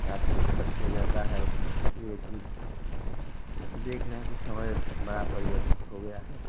काफ़ी ख़र्च हो जाता है इसलिए कि देख रहें कि समय बड़ा परिवर्तित हो गया है